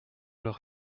leur